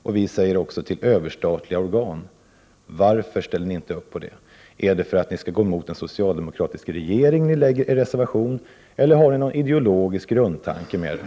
Men vi vill också tillägga: till överstatliga organ. Varför vill ni inte göra det? Är det för att ni skall gå emot en socialdemokratisk regering som ni avgivit er reservation, eller ligger det någon ideologisk grundtanke bakom den?